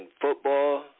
football